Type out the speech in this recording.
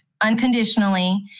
unconditionally